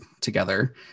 together